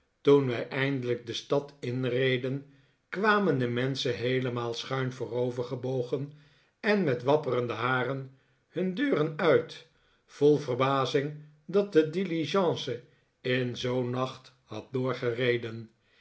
toen wij eindelijk de stad inreden kwamen de menschen heelemaal schuin voorovergebogen en met wapperende haren hun deuren uit vol verbazing dat de diligence in zoo'n nacht had doorgereden